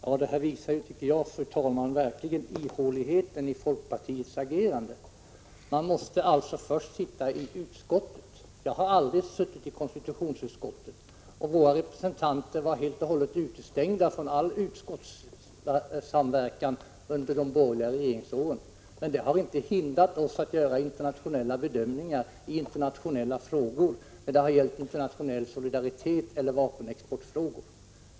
Fru talman! Detta visar, tycker jag, verkligen ihåligheten i folkpartiets agerande. Man måste alltså först sitta i utskottet. Jag har aldrig suttit i konstitutionsutskottet, och våra representanter var helt utestängda från all utskottssamverkan under de borgerliga regeringsåren. Men det har inte hindrat oss från att göra bedömningar i internationella frågor — när det har gällt internationell solidaritet eller vapenexportfrågor.